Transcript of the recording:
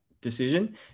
decision